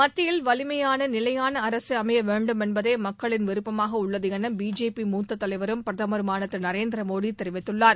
மத்தியில் வலிமையான நிலையான அரசு அமைய வேண்டும் என்பதே மக்களின் விருப்பமாக உள்ளது என பிஜேபி மூத்தத் தலைவரும் பிரதமருமான திரு நரேந்திர மோடி தெரிவித்துள்ளார்